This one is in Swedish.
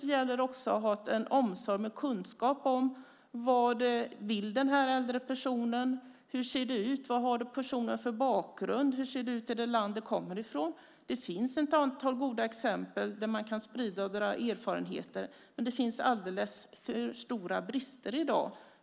Det gäller också att ha en omsorg och en kunskap om vad den äldre personen vill, vad personen har för bakgrund, hur det ser ut i det land personen kommer ifrån. Det finns ett antal goda exempel som man kan sprida och dra erfarenheter av. Men det finns alldeles för stora brister i dag.